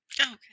okay